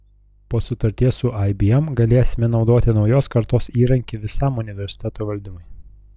po sutarties su ibm galėsime naudoti naujos kartos įrankį visam universiteto valdymui